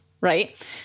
right